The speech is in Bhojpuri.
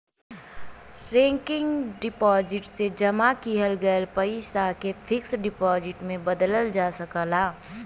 रेकरिंग डिपाजिट से जमा किहल गयल पइसा के फिक्स डिपाजिट में बदलल जा सकला